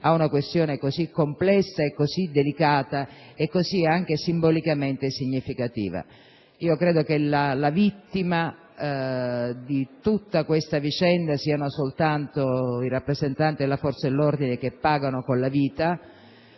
a una questione così complessa, delicata e simbolicamente significativa. Credo che le vittime in tutta questa vicenda siano soltanto i rappresentanti delle forze dell'ordine, che pagano con la vita